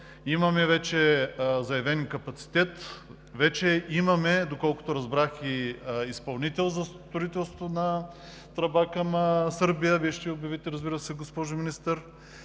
Имаме вече заявен капацитет, вече имаме, доколкото разбрах, и изпълнител за строителството на тръба към Сърбия. Вие ще я обявите, разбира се, госпожо Министър.